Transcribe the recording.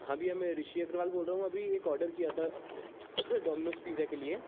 हाँ भैया मैं ऋषि अग्रवाल बोल रहा हूँ अभी एक आर्डर किया था डोमिनोज़ पिज़्ज़ा के लिए